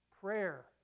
prayer